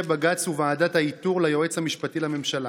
בג"ץ וועדת האיתור ליועץ המשפטי לממשלה.